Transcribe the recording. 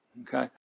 Okay